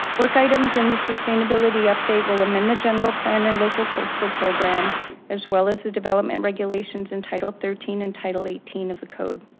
work items in the sustainability update will amend the general plan and local coastal program as well as the development regulations in title thirteen and title eighteen of the code.